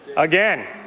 again,